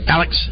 Alex